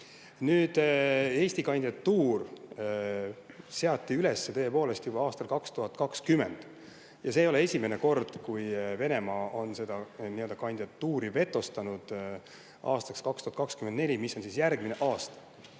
Eesti kandidatuur seati üles tõepoolest juba aastal 2020 ja see ei ole esimene kord, kui Venemaa on seda kandidatuuri vetostanud aastaks 2024, mis on järgmine aasta.